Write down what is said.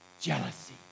Jealousy